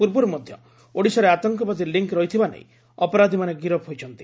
ପୂର୍ବରୁ ମଧ୍ୟ ଓଡ଼ିଶାରେ ଆତଙ୍କବାଦୀ ଲିଙ୍ଙ୍ ରହିଥିବା ନେଇ ଅପରାଧୀମାନେ ଗିରଫ ହୋଇଛନ୍ତି